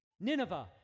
Nineveh